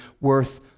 worth